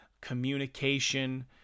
communication